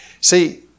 See